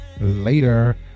later